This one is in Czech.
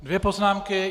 Dvě poznámky.